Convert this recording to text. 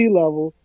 level